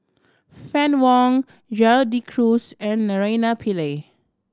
Fann Wong Gerald De Cruz and Naraina Pillai